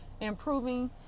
improving